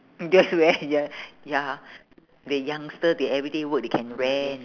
you don't have to wear ya ya the youngster they everyday work they can rent